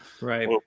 right